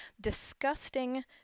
disgusting